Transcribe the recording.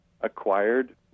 acquired